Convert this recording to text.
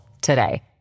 today